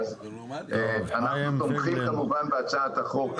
אנחנו תומכים כמובן בהצעת החוק,